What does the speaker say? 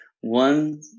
one